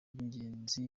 by’ingenzi